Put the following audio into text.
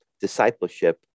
discipleship